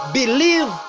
believe